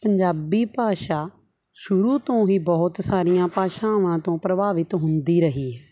ਪੰਜਾਬੀ ਭਾਸ਼ਾ ਸ਼ੁਰੂ ਤੋਂ ਹੀ ਬਹੁਤ ਸਾਰੀਆਂ ਭਾਸ਼ਾਵਾਂ ਤੋਂ ਪ੍ਰਭਾਵਿਤ ਹੁੰਦੀ ਰਹੀ ਹੈ